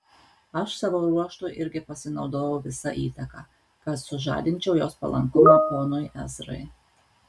aš savo ruožtu irgi pasinaudojau visa įtaka kad sužadinčiau jos palankumą ponui ezrai